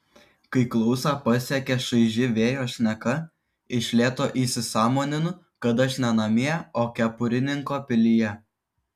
kai klausą pasiekia šaiži vėjo šneka iš lėto įsisąmoninu kad aš ne namie o kepurininko pilyje